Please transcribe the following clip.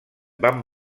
van